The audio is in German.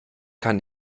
kann